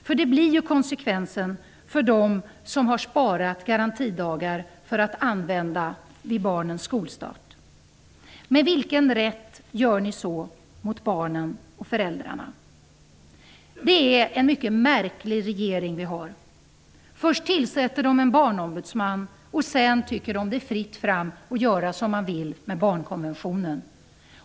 För det blir ju konsekvensen för dem som har sparat garantidagar för att använda dem vid barnens skolstart. Med vilken rätt gör ni så mot barnen och föräldrarna? Det är en mycket märklig regering vi har. Först tillsätter den en barnombudsman, och sedan tycker den att det är fritt fram att göra som man vill med barnkonventionen.